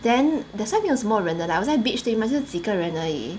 then that's why 没有什么人的 like 我在 beach 对吗是几个人而已